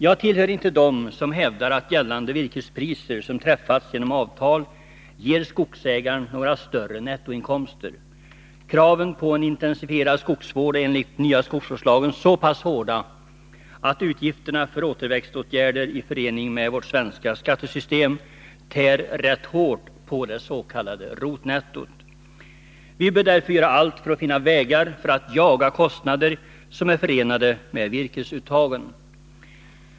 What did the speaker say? Jag tillhör inte dem som hävdar att gällande virkespriser, som träffats genom avtal, ger skogsägaren några större nettoinkomster. Kraven på en intensifierad skogsvård är enligt nya skogsvårdslagen så pass hårda, att utgifterna för återväxtåtgärder i förening med vårt svenska skattesystem tär rätt hårt på dets.k. rotnettot. Vi bör därför göra allt för att finna vägar för att jaga kostnader som är förenade med virkesuttagen.